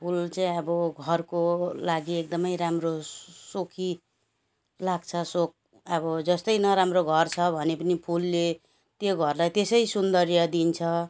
फुल चाहिँ अब घरको लागि एकदमै राम्रो सोखी लाग्छ सोख अब जस्तै नराम्रो घर छ भने पनि फुलले त्यो घरलाई त्यसै सौन्दर्य दिन्छ